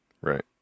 Right